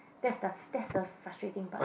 that's the that's the frustrating part